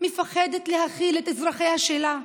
מפחדת להכיל את אזרחיה שלה,